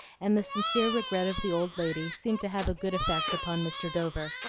and the sincere regret of the old lady seemed to have a good effect upon mr. dover,